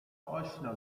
آشنا